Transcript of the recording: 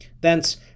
thence